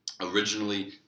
Originally